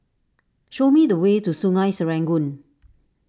show me the way to Sungei Serangoon